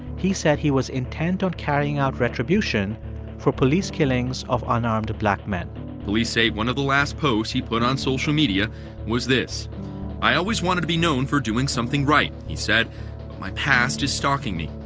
he said he was intent on carrying out retribution for police killings of unarmed black men police say one of the last posts he put on social media was this i always wanted to be known for doing something right, he said. but my past is stalking me,